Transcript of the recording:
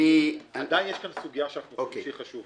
--- עדיין יש כאן סוגיה שהיא חשובה.